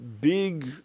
big